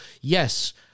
yes